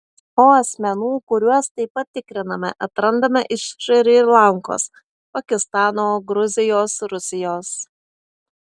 o asmenų kuriuos taip pat tikriname atrandame iš šri lankos pakistano gruzijos rusijos